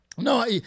No